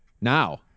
Now